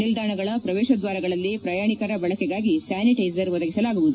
ನಿಲ್ದಾಣಗಳ ಪ್ರವೇಶದ್ಲಾರಗಳಲ್ಲಿ ಪ್ರಯಾಣಿಕರ ಬಳಕೆಗಾಗಿ ಸ್ನಾನಿಟ್ಟೈಜರ್ ಒದಗಿಸಲಾಗುವುದು